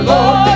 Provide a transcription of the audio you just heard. Lord